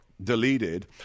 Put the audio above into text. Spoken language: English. deleted